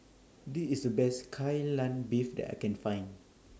This IS Best Kai Lan Beef that I Can Find